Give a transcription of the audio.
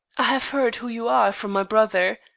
i have heard who you are from my brother,